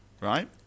Right